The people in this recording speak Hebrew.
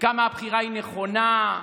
כמה הבחירה היא נכונה,